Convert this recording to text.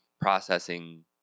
processing